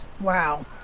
Wow